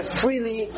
freely